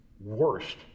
worst